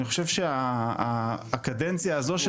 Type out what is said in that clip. אני חושב שהקדנציה הזו של